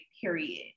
period